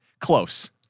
close